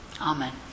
Amen